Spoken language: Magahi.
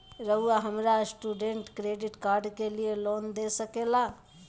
रहुआ हमरा स्टूडेंट क्रेडिट कार्ड के लिए लोन दे सके ला?